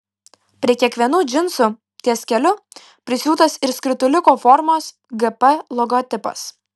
prie kiekvienų džinsų ties keliu prisiūtas ir skrituliuko formos gp logotipas